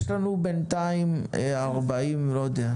אין את התקנים התוספתיים האלה ולכן